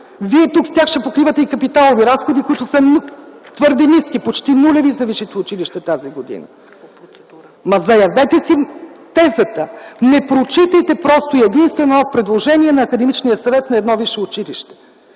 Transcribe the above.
Вие тук с тях ще покривате и капиталови разходи, които са твърде ниски, почти нулеви за висшите училища тази година. Заявете си тезата! Не прочитайте просто и единствено предложение на академичния съвет на едно висше училище.